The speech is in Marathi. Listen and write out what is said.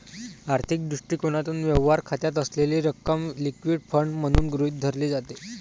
आर्थिक दृष्टिकोनातून, व्यवहार खात्यात असलेली रक्कम लिक्विड फंड म्हणून गृहीत धरली जाते